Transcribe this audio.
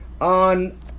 on